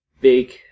big